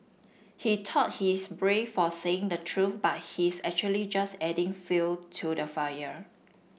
he thought he is brave for saying the truth but he is actually just adding fuel to the fire